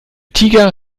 tiger